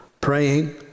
Praying